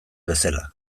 bezala